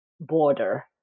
border